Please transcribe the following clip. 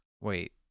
wait